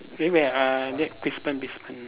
eh where uh ne~ Brisbane Brisbane